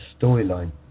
storyline